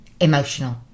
emotional